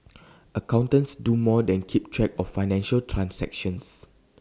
accountants do more than keep track of financial transactions